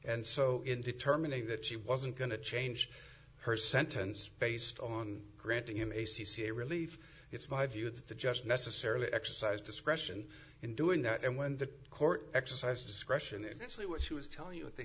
and so in determining that she wasn't going to change her sentence based on granting him a c c a relief it's my view that the just necessarily exercise discretion in doing that and when the court exercise discretion actually what she was tell you at the